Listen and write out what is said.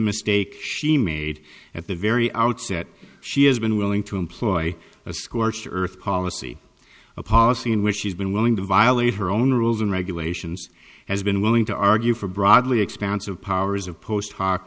mistake she made at the very outset she has been willing to employ a scorched earth policy a policy in which she's been willing to violate her own rules and regulations has been willing to argue for broadly expansive powers of post h